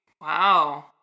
Wow